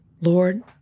Lord